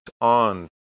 on